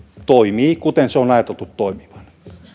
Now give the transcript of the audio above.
toimii kuten sen on ajateltu toimivan